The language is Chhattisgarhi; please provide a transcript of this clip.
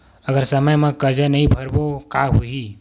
अगर समय मा कर्जा नहीं भरबों का होई?